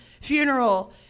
funeral